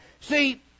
See